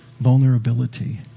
vulnerability